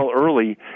early